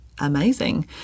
amazing